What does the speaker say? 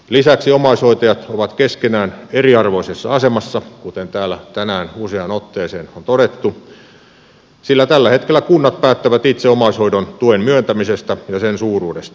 lisäksi omaishoitajat ovat keskenään eriarvoisessa asemassa kuten täällä tänään useaan otteeseen on todettu sillä tällä hetkellä kunnat päättävät itse omaishoidon tuen myöntämisestä ja suuruudesta